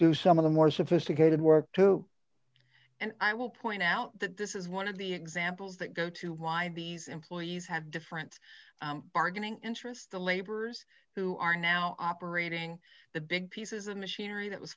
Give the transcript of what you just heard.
do some of the more sophisticated work too and i will point out that this is one of the examples that go to why these employees have different bargaining interests to laborers who are now operating the big pieces of machinery